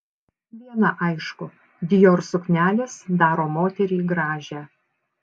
viena aišku dior suknelės daro moterį gražią